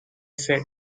said